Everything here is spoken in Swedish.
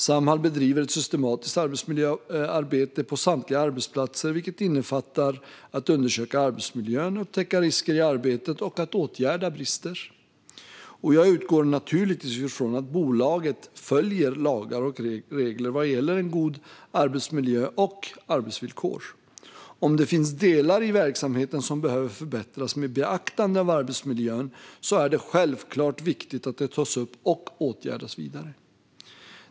Samhall bedriver ett systematiskt arbetsmiljöarbete på samtliga arbetsplatser, vilket innefattar att undersöka arbetsmiljön, upptäcka risker i arbetet och att åtgärda brister. Jag utgår naturligtvis från att bolaget följer lagar och regler vad gäller en god arbetsmiljö och goda arbetsvillkor. Om det finns delar i verksamheten som behöver förbättras med beaktande av arbetsmiljön så är det självklart viktigt att det tas upp och åtgärdas vidare.